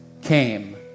came